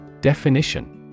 Definition